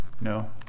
No